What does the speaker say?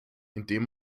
indem